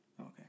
Okay